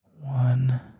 One –